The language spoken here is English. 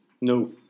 No